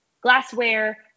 glassware